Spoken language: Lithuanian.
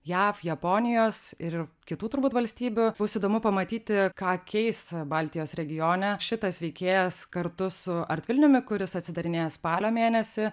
jav japonijos ir kitų turbūt valstybių bus įdomu pamatyti ką keis baltijos regione šitas veikėjas kartu su art vilniumi kuris atsidarinėja spalio mėnesį